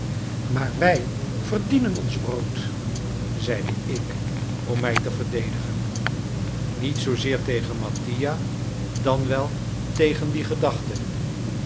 maar wij verdienen ons brood zeide ik om mij te verdedigen niet zoozeer tegen mattia dan wel tegen die gedachte